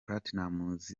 platnumz